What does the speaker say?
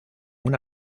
una